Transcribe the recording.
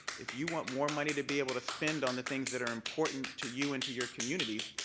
if you want more money to be able to spend on the things that are important to you and to your communities,